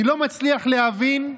אני לא מצליח להבין,